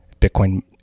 bitcoin